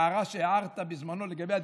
זה מתחבר להערה שהערת בזמנו לגבי הדירקטורים,